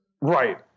Right